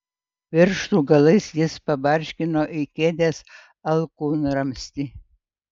pirštų galais jis pabarškino į kėdės alkūnramstį